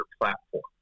platform